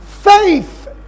Faith